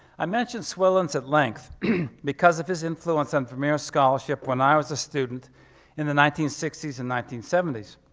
i mention swillens at length because of his influence on vermeer's scholarship when i was a student in the nineteen sixty s and the nineteen seventy s.